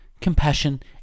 compassion